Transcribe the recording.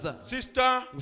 sister